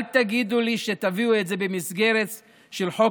אל תגידו לי שתביאו את זה במסגרת חוק